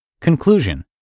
Conclusion